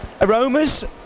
aromas